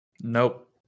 Nope